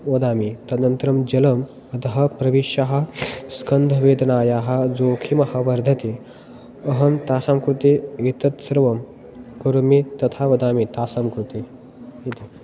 वदामि तदनन्तरं जलम् अधः प्रविश्य स्कन्धवेदनायाः जोखिमः वर्धते अहं तासां कृते एतत् सर्वं करोमि तथा वदामि तासां कृते इति